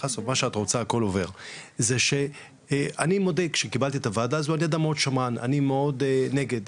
זה שאני מודה כשקיבלתי את הוועדה הזו אני אדם מאוד שמרן ומאוד נגד,